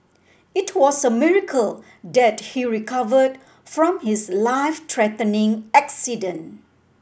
it was a miracle that he recovered from his life threatening accident